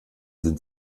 sind